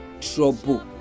trouble